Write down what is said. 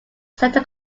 santa